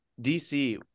DC